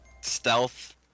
Stealth